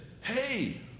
hey